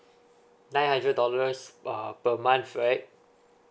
nine hundred dollars uh per month right